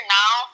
now